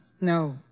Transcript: No